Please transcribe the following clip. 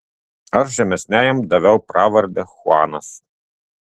aš žemesniajam daviau pravardę chuanas